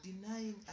denying